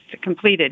completed